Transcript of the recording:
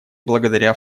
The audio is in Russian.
благодаря